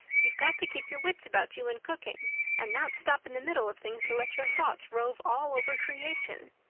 you've got to keep your wits about you in cooking and not stop in the middle of things to let your thoughts rove all over creation.